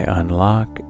unlock